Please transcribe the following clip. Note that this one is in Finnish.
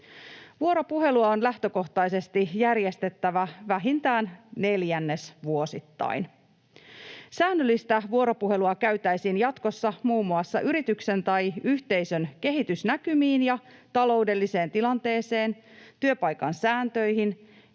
Vuoropuhelua on lähtökohtaisesti järjestettävä vähintään neljännesvuosittain. Säännöllistä vuoropuhelua käytäisiin jatkossa muun muassa yrityksen tai yhteisön kehitysnäkymiin ja taloudelliseen tilanteeseen, työpaikan sääntöihin,